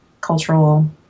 cultural